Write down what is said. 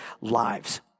lives